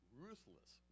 ruthless